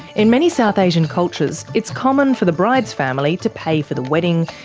in many south asian cultures, it's common for the bride's family to pay for the wedding,